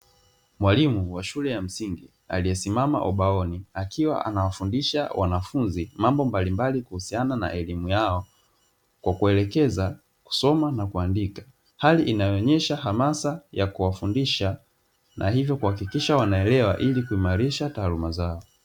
Mwalimu wa shule ya msingi aliyesimama ubaoni akiwa anawafundisha wanafunzi mambo mbalimbali kuhusiana na elimu yao kwa kuelekeza, kusoma na kuandika; hali inayoonesha hamasa ya kuwafundisha na hivyo kuhakikisha wanaelewa ili kuimarisha taaluma zao.